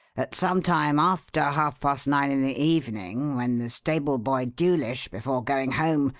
at some time after half-past nine in the evening, when the stable-boy, dewlish, before going home,